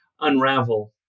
unravel